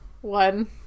one